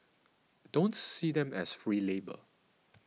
don't see them as free labour